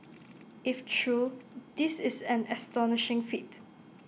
if true this is an astonishing feat